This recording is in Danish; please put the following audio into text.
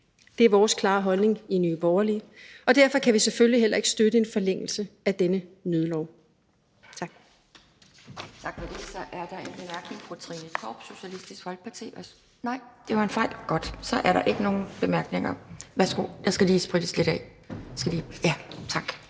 Det er vores klare holdning i Nye Borgerlige, og derfor kan vi selvfølgelig heller ikke støtte en forlængelse af denne nødlov. Tak.